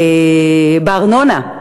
בארנונה,